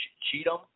Cheatham